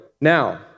now